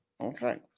Okay